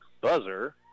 buzzer